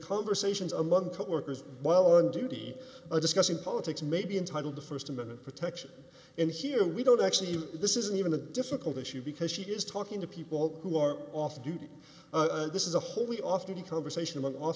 conversations among top workers while on duty or discussing politics may be entitled to st amendment protection and here we don't actually this isn't even a difficult issue because she is talking to people who are off duty this is a whole week off to the conversation went off